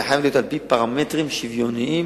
זה חייב להיות על-פי פרמטרים שוויוניים,